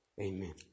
Amen